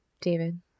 David